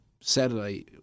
Saturday